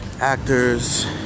actors